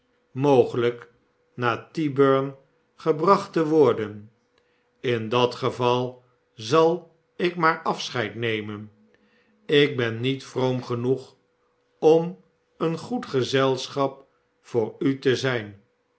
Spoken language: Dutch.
mogelijk naar tyburn gebracht te worden in dat geval zal ik maar afscheid nemen ik ben niet vroom genoeg om een goed gezelschap voor u te zijn